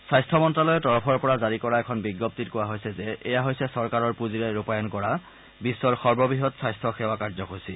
স্বাস্থ্য মন্ত্যালয়ৰ তৰফৰ পৰা জাৰি কৰা এখন বিজ্ঞপ্তিত এই বুলি কোৱা হৈছে যে এয়া হৈছে চৰকাৰৰ পুঁজিৰে ৰূপায়ণ কৰা বিশ্বৰ সৰ্ববহৎ স্বাস্থ্য সেৱা কাৰ্যসূচী